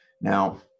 Now